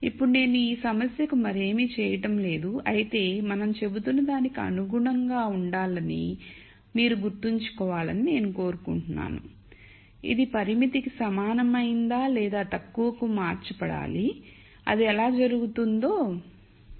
ఇప్పుడు నేను ఈ సమస్యకు మరేమీ చేయటం లేదు అయితే మనం చెబుతున్నదానికి అనుగుణంగా ఉండాలని మీరు గుర్తుంచుకోవాలని నేను కోరుకుంటున్నాను ఇది పరిమితికి సమానమైన లేదా తక్కువకు మార్చబడాలి అది ఎలా జరుగుతుందో తరువాత స్లయిడ్ చూద్దాం